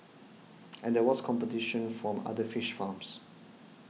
and there was competition from other fish farms